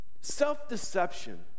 self-deception